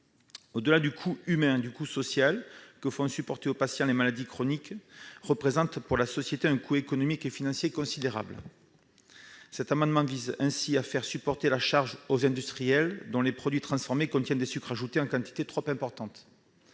au-delà du prix humain et social qu'elles font supporter aux patients, représentent pour la société un coût économique et financier considérable. Cet amendement vise donc à faire supporter cette charge aux industriels dont les produits transformés contiennent des sucres ajoutés en quantité trop élevée.